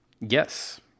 Yes